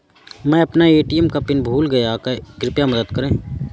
मै अपना ए.टी.एम का पिन भूल गया कृपया मदद करें